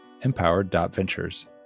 empowered.ventures